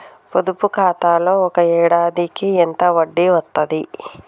పొదుపు ఖాతాలో ఒక ఏడాదికి ఎంత వడ్డీ వస్తది?